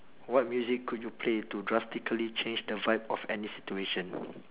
what music could you play to drastically change the vibe of any situation